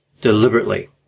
deliberately